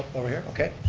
over here, okay.